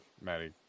Maddie